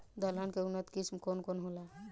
दलहन के उन्नत किस्म कौन कौनहोला?